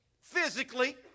physically